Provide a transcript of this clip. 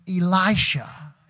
Elisha